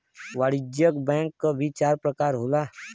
वाणिज्यिक बैंक क भी चार परकार होला